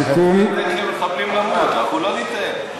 לתת למחבלים למות, אנחנו לא ניתן.